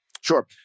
Sure